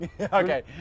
Okay